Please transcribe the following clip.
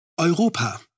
Europa